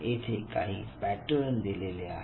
येथे काही पॅटर्न दिलेले आहेत